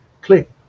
Click